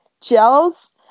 gels